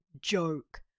joke